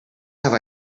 have